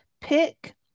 Pick